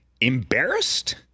Embarrassed